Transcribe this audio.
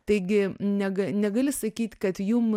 taigi nega negali sakyt kad jum